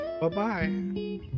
Bye-bye